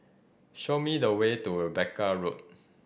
show me the way to Rebecca Road